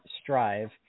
strive